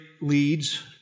leads